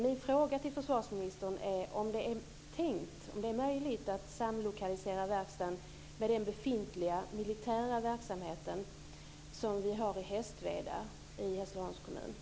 Min fråga till försvarsministern är: Är det möjligt att samlokalisera verkstaden med den befintliga militära verksamhet som vi har i Hästveda i Hässleholms kommun?